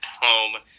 home